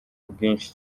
bwinshi